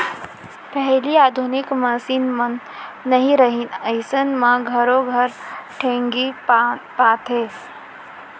पहिली आधुनिक मसीन मन नइ रहिन अइसन म घरो घर ढेंकी पातें